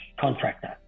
contractor